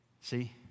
See